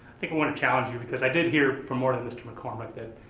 think i want to challenge you because i did hear, from more than mr. mccormick, that